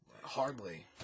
hardly